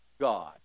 God